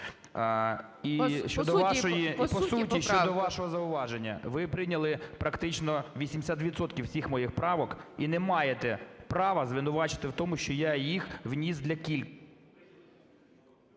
І. По суті, щодо вашого зауваження. Ви прийняли практично 80 відсотків всіх моїх правок і не маєте права звинувачувати у тому, що я їх вніс для...